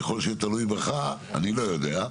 ככל שזה יהיה תלוי בך אני לא יודע.